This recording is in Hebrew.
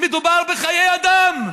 מדובר בחיי אדם.